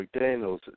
McDaniels